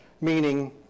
meaning